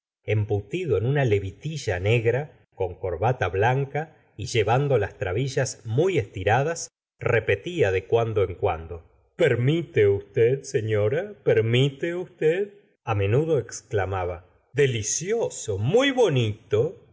embutido e n una lcvitilla negra con corbata blanca y llevando las trabillas muy estiradas repetfa de cuando en cuando permite usted señora permite usted a menudo exclamaba delicioso muy bonito